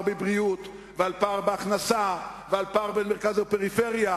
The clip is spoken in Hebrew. בבריאות ועל פער בהכנסה ועל פער בין מרכז לפריפריה.